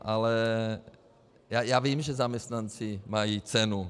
Ale já vím, že zaměstnanci mají cenu.